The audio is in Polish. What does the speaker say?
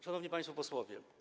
Szanowni Państwo Posłowie!